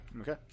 Okay